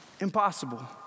Impossible